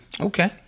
Okay